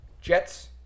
Jets